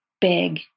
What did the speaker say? big